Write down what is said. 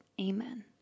Amen